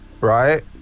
Right